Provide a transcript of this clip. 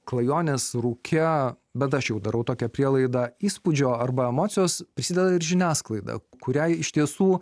klajonės rūke bent aš jau darau tokią prielaidą įspūdžio arba emocijos prisideda ir žiniasklaida kuriai iš tiesų